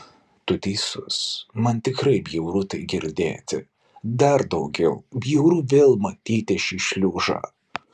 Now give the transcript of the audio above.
tu teisus man tikrai bjauru tai girdėti dar daugiau bjauru vėl matyti šį šliužą